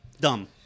Dumb